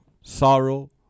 sorrow